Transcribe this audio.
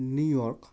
New York